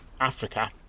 Africa